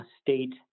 state